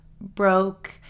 broke